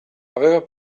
aveva